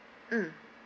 mm